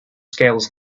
scales